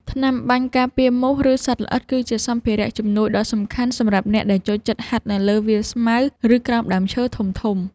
ថ្នាំបាញ់ការពារមូស ឬសត្វល្អិត គឺជាសម្ភារៈជំនួយដ៏សំខាន់សម្រាប់អ្នកដែលចូលចិត្តហាត់នៅលើវាលស្មៅ ឬក្រោមដើមឈើធំៗ។